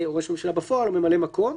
ראש ממשלה בפועל או ממלא מקום.